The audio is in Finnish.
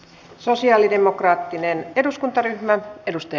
sosialidemokraattinen eduskuntaryhmä edusti